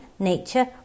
nature